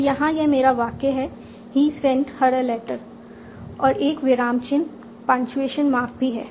तो यहाँ यह मेरा वाक्य है ही सेंट हर ए लेटर और एक विराम चिह्नपंक्चुएशन मार्क भी है